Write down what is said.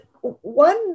One